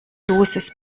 dosis